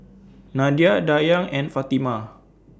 Nadia Dayang and Fatimah